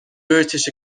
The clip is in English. british